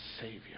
Savior